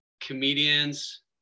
comedians